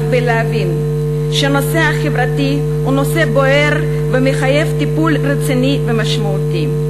ולהבין שהנושא החברתי הוא נושא בוער ומחייב טיפול רציני ומשמעותי.